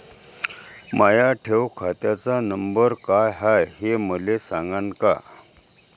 माया ठेव खात्याचा नंबर काय हाय हे मले सांगान का?